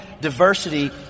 diversity